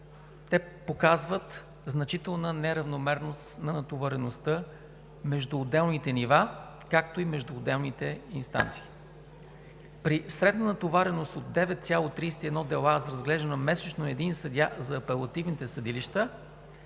те показват значителна неравномерност на натовареността между отделните нива, както и между отделните инстанции. При средна натовареност от 9,31 дела за разглеждане месечно от един съдия за апелативните съдилища,